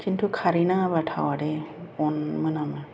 खिन्थु खारै नाङाबा थावा दै अन मोनामो